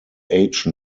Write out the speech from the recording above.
age